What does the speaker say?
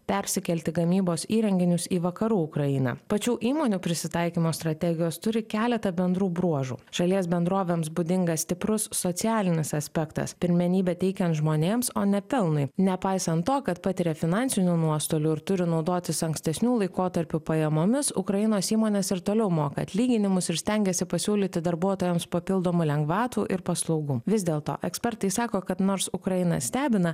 persikelti gamybos įrenginius į vakarų ukrainą pačių įmonių prisitaikymo strategijos turi keletą bendrų bruožų šalies bendrovėms būdingas stiprus socialinis aspektas pirmenybę teikiant žmonėms o ne pelnui nepaisant to kad patiria finansinių nuostolių ir turi naudotis ankstesnių laikotarpių pajamomis ukrainos įmonės ir toliau moka atlyginimus ir stengiasi pasiūlyti darbuotojams papildomų lengvatų ir paslaugų vis dėlto ekspertai sako kad nors ukraina stebina